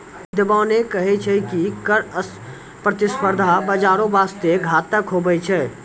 बिद्यबाने कही छै की कर प्रतिस्पर्धा बाजारो बासते घातक हुवै छै